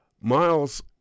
Miles